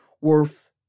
worth